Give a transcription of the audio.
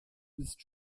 bist